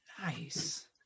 Nice